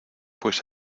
pues